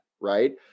right